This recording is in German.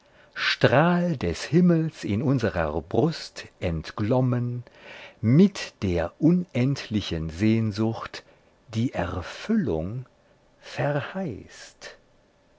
strahl des himmels in unserer brust entglommen mit der unendlichen sehnsucht die erfüllung verheißt